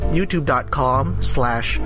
YouTube.com/slash